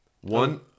one